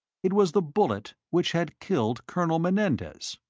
it was the bullet which had killed colonel menendez!